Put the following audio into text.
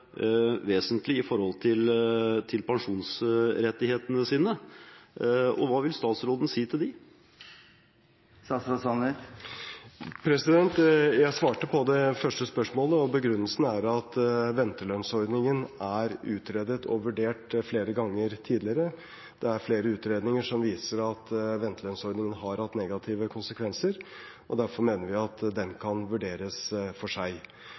vesentlig i forhold til pensjonsrettighetene sine. Hva vil statsråden si til dem? Jeg svarte på det første spørsmålet, begrunnelsen er at ventelønnsordningen er utredet og vurdert flere ganger tidligere. Det er flere utredninger som viser at ventelønnsordningen har hatt negative konsekvenser, og derfor mener vi at den kan vurderes for seg.